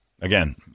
again